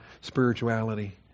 spirituality